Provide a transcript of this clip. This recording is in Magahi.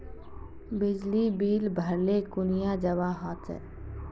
बिजली बिल भरले कुनियाँ जवा होचे?